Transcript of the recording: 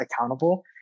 accountable